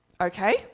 Okay